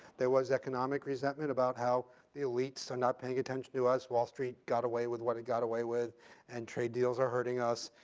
there was economic resentment about how elites are not paying attention to us, wall street got away with what it got away with and trade deals are hurting us.